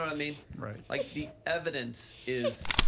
i mean right. like the evidence is,